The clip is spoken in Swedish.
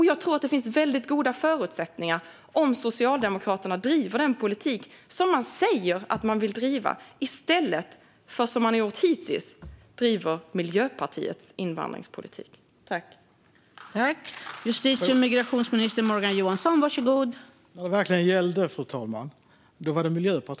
Jag tror att det finns väldigt goda förutsättningar om Socialdemokraterna driver den politik som man säger att man vill driva, i stället för att driva Miljöpartiets invandringspolitik, som man har gjort hittills.